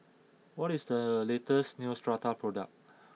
what is the latest Neostrata product